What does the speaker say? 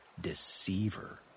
deceiver